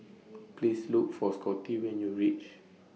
Please Look For Scotty when YOU REACH